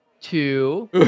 Two